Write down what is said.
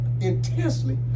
intensely